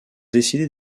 décidé